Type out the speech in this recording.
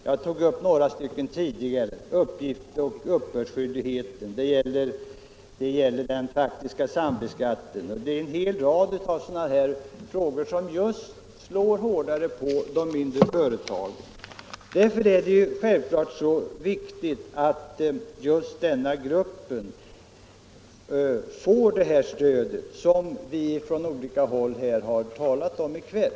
Jag tog tidigare upp några punkter där lättnader måste åstadkommas — uppgifts och uppbördsskyldigheten, den faktiska sambeskattningen och en hel rad andra saker som slår hårdare på de mindre företagen. Därför är det så viktigt att just denna grupp får det stöd som man från olika håll har talat om här i kväll.